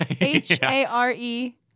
H-A-R-E